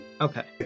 okay